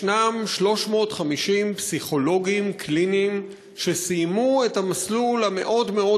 יש 350 פסיכולוגים קליניים שסיימו את המסלול הארוך מאוד מאוד,